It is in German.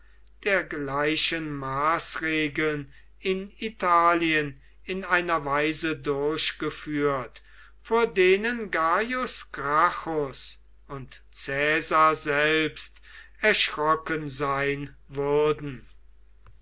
dergleichen maßregeln in italien in einer weise durchgeführt vor denen gaius gracchus und caesar selbst erschrocken sein würden